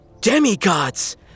Demigods